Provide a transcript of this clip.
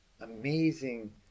amazing